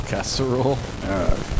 Casserole